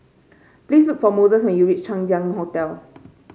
please look for Moses when you reach Chang Ziang Hotel